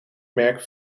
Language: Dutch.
merk